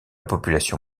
population